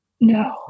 No